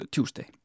Tuesday